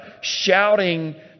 shouting